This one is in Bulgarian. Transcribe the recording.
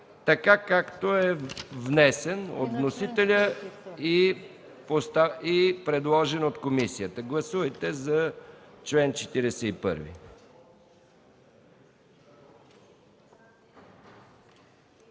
така, както е внесен от вносителя и предложен от комисията. Гласували 92